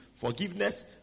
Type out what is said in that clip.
Forgiveness